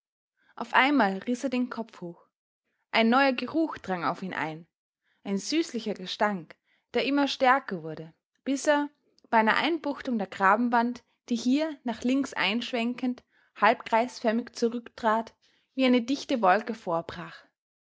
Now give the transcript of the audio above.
auf einmal riß er den kopf hoch ein neuer geruch drang auf ihn ein ein süßlicher gestank der immer stärker wurde bis er bei einer einbuchtung der grabenwand die hier nach links einschwenkend halbkreisförmig zurücktrat wie eine dichte wolke vorbrach